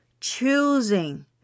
choosing